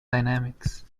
dynamics